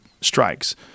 strikes